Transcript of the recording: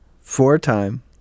Four-time